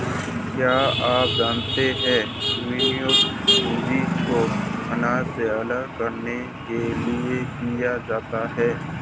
क्या आप जानते है विनोवर, भूंसी को अनाज से अलग करने के लिए किया जाता है?